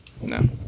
No